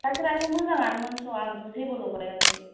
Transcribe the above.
गाइखेराथ' मोजाङानोमोनथ' आंथ' जेबो लगायाखै